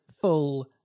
full